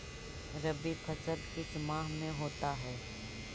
रवि फसल किस माह में होता है?